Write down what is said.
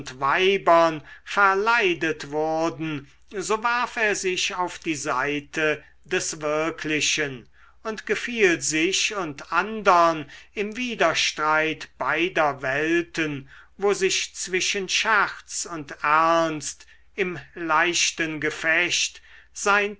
weibern verleidet wurden so warf er sich auf die seite des wirklichen und gefiel sich und andern im widerstreit beider welten wo sich zwischen scherz und ernst im leichten gefecht sein